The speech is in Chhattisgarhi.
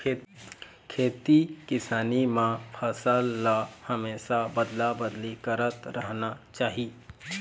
खेती किसानी म फसल ल हमेशा अदला बदली करत रहना चाही